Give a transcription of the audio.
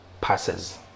passes